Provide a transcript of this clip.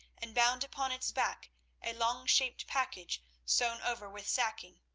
and bound upon its back a long-shaped package sewn over with sacking.